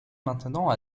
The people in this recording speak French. maintenant